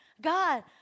God